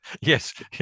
yes